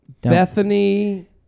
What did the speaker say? Bethany